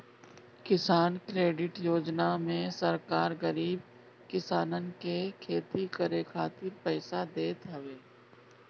किसान क्रेडिट योजना में सरकार गरीब किसानन के खेती करे खातिर पईसा देत हवे